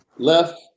left